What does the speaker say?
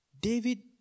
David